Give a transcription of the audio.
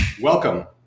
welcome